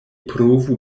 provu